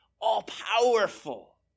all-powerful